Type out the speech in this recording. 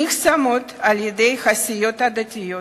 נחסמות על-ידי הסיעות הדתיות,